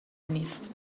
نیست